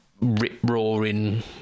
rip-roaring